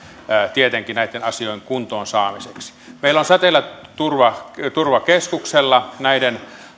tietenkin kaikkensa näitten asioiden kuntoon saamiseksi meillä on säteilyturvakeskuksella näiden